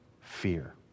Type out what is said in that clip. fear